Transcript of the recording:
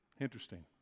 Interesting